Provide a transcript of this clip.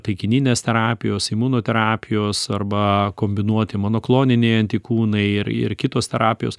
taikininės terapijos imunoterapijos arba kombinuoti monokloniniai antikūnai ir ir kitos terapijos